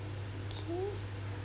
okay